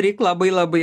reik labai labai